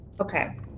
Okay